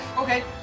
Okay